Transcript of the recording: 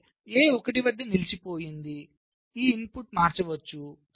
A 1 వద్ద నిలిచిపోయింది ఈ ఇన్పుట్ మారవచ్చు